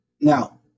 Now